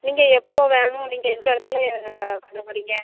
நீங்கள் எப்போ வேணும் நீங்கள் எந்த இடத்துல பண்ண போகறீங்க